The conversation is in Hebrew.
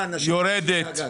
יורדת,